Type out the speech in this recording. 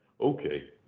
Okay